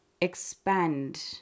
expand